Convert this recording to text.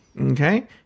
Okay